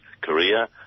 Korea